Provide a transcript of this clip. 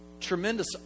tremendous